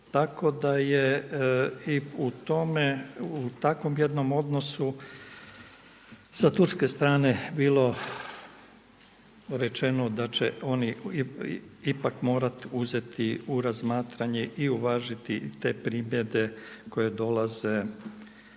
Tako da je i u tome, u takvom jednom odnosu sa Turske strane bilo rečeno da će oni ipak morati uzeti u razmatranje i uvažiti te primjedbe koje dolaze